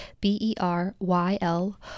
B-E-R-Y-L